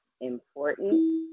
important